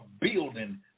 building